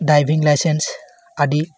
driving licence আদি